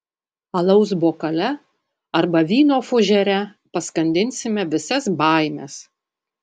alaus bokale arba vyno fužere paskandinsime visas baimes